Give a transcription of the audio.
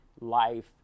life